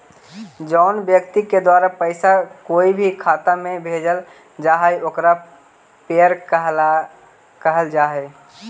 जउन व्यक्ति के द्वारा पैसा कोई के खाता में भेजल जा हइ ओकरा पेयर कहल जा हइ